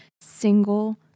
single